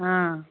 हाँ